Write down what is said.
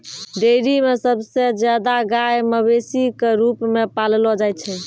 dairy म सबसे जादा गाय मवेशी क रूप म पाललो जाय छै